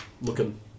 looking